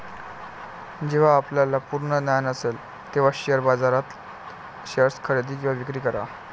जेव्हा आपल्याला पूर्ण ज्ञान असेल तेव्हाच शेअर बाजारात शेअर्स खरेदी किंवा विक्री करा